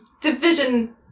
division